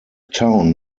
town